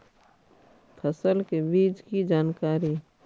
फसल के बीज की जानकारी?